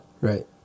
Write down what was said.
Right